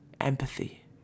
empathy